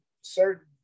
certain